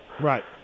Right